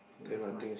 where's my t~